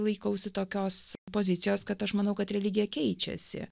laikausi tokios pozicijos kad aš manau kad religija keičiasi